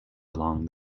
along